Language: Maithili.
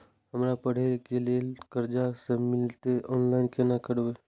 हमरा पढ़े के लेल कर्जा जे मिलते ऑनलाइन केना करबे?